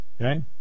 okay